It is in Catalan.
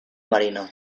marina